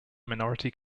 minority